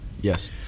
Yes